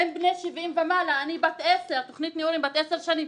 הם בני 70 ומעלה התוכניות שלנו בנות 10 שנים.